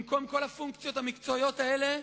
במקום כל הפונקציות המקצועיות האלה,